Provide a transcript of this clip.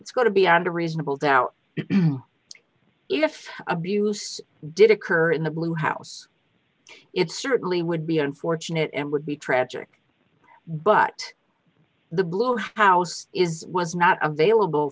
it's going to beyond a reasonable doubt if abuse did occur in the blue house it certainly would be unfortunate and would be tragic but the blue house is was not available